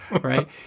right